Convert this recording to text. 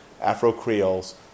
Afro-Creoles